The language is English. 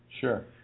Sure